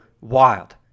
wild